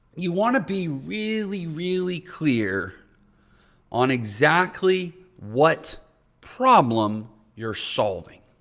you want to be really, really clear on exactly what problem you're solving.